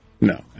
No